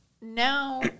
now